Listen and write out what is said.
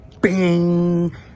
Bing